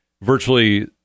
virtually